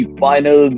final